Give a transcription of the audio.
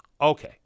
Okay